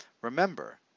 remember